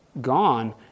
gone